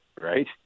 right